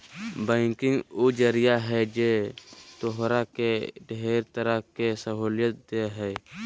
banking उ जरिया है जे तोहरा के ढेर तरह के सहूलियत देह हइ